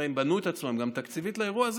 הרי הם בנו את עצמם גם תקציבית לאירוע הזה.